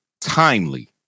timely